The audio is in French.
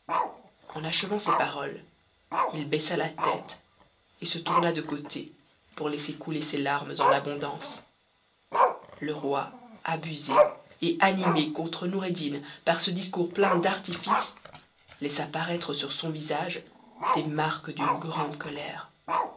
en achevant ces paroles il baissa la tête et se tourna de côté pour laisser couler ses larmes en abondance le roi abusé et animé contre noureddin par ce discours plein d'artifice laissa paraître sur son visage des marques d'une grande colère